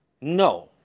No